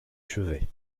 chevet